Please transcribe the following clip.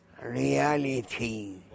reality